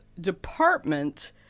Department